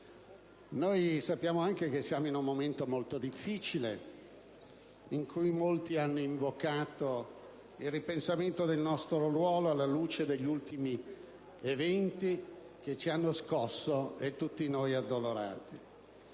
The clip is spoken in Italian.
Sappiamo anche di trovarci in un momento molto difficile, in cui molti hanno invocato il ripensamento del nostro ruolo alla luce degli ultimi eventi, che hanno scosso e addolorato